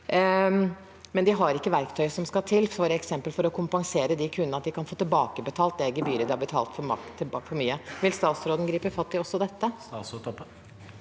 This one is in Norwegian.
men de har ikke verktøyet som skal til for f.eks. å kompensere kundene slik at de kan få tilbakebetalt det gebyret de har betalt for mye. Vil statsråden gripe fatt i også dette?